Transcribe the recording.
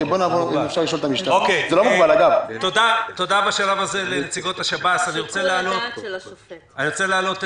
תודה לנציגות השב"ס בשלב הזה.